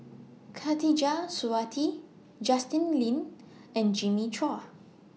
Khatijah Surattee Justin Lean and Jimmy Chua